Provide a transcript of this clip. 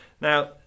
Now